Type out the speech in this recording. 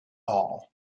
all